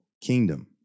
kingdom